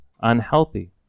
unhealthy